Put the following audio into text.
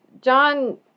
John